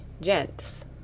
gents